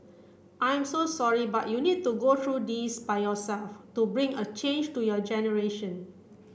I'm so sorry but you need to go through this by yourself to bring a change to your generation